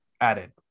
added